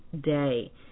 day